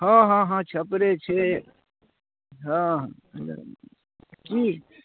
हँ हँ हँ हँ छप्परे छै हँ हँ कि